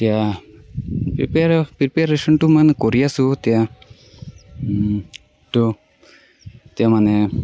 এতিয়া প্ৰীপিয়াৰ প্ৰীপিয়াৰেশ্যনটো মানে কৰি আছো এতিয়া ত এতিয়া মানে